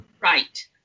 right